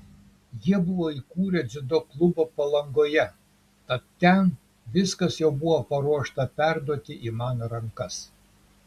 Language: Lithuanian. jie buvo įkūrę dziudo klubą palangoje tad ten viskas jau buvo paruošta perduoti į mano rankas